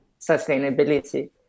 sustainability